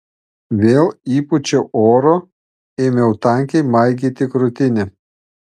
vėl įpūčiau oro ėmiau tankiai maigyti krūtinę